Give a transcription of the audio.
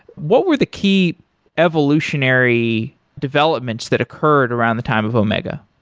what were the key evolutionary developments that occurred around the time of omega?